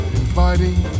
inviting